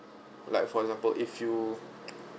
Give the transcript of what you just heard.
like for example if you